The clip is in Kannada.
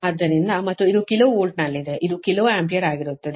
ಆದ್ದರಿಂದ ಮತ್ತು ಇದು ಕಿಲೋ ವೋಲ್ಟ್ನಲ್ಲಿದೆ ಇದು ಕಿಲೋ ಆಂಪಿಯರ್ ಆಗಿರುತ್ತದೆ